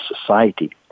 society